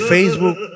Facebook